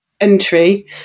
entry